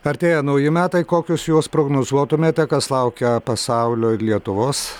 artėja nauji metai kokius juos prognozuotumėte kas laukia pasaulio ir lietuvos